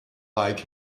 like